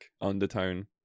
undertone